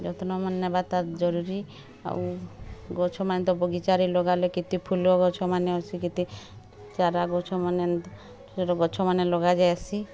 ଯତ୍ନମାନ ନେବା ତା ଜରୁରୀ ଆଉ ଗଛମାନେ ତ ବଗିଚାରେ ଲଗେଇଲେ କେତେ ଫୁଲଗଛମାନେ ଅଛି କେତେ ଚାରା ଗଛମାନେ ଗଛମାନେ ଲଗା ଯାଇ ହେସି